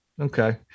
Okay